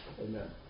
amen